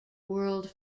world